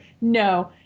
no